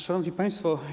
Szanowni Państwo!